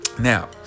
Now